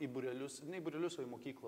į būrelius ne į būrelius o į mokyklą